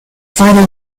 final